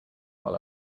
while